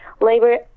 labor